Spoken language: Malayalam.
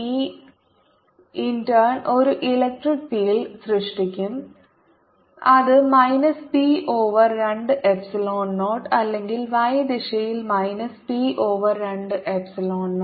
ഈ ഇന്റേൺ ഒരു ഇലക്ട്രിക് ഫീൽഡ് സൃഷ്ടിക്കും അത് മൈനസ് പി ഓവർ 2 എപ്സിലോൺ 0 അല്ലെങ്കിൽ y ദിശയിൽ മൈനസ് പി ഓവർ 2 എപ്സിലോൺ 0